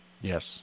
Yes